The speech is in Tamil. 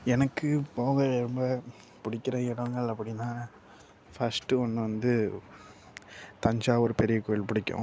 எனக்கு போக ரொம்ப பிடிக்கிற இடங்கள் அப்படின்னா ஃபஸ்ட்டு ஒன்று வந்து தஞ்சாவூர் பெரியக்கோயில் பிடிக்கும்